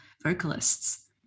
vocalists